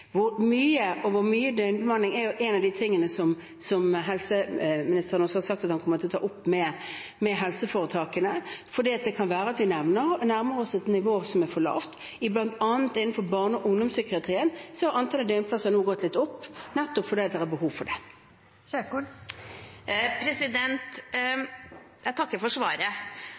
sagt at han kommer til å ta opp med helseforetakene, for det kan være at vi nærmer oss et nivå som er for lavt. Blant annet innenfor barne- og ungdomspsykiatrien har antallet døgnplasser nå gått litt opp, nettopp fordi det er behov for det. Jeg takker for svaret.